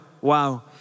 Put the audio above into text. Wow